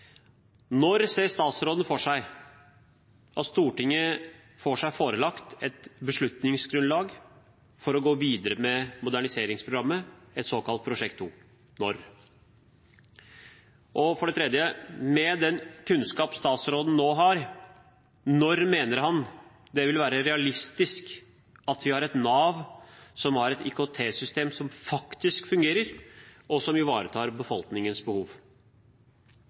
Når ser statsråden for seg at Stortinget får seg forelagt et beslutningsgrunnlag for å gå videre med moderniseringsprogrammet, et såkalt prosjekt 2? Med den kunnskapen statsråden nå har, når mener han det vil være realistisk at vi har et Nav som har et IKT-system som faktisk fungerer, og som ivaretar befolkningens behov?